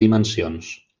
dimensions